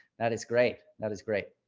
that is great. that is great.